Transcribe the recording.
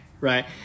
right